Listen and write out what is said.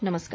नमस्कार